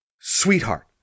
Sweetheart